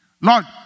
Lord